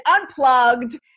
unplugged